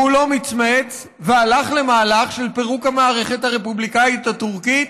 והוא לא מצמץ והלך למהלך של פירוק המערכת הרפובליקנית הטורקית,